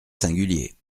singulier